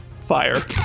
fire